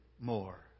more